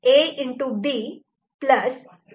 B B'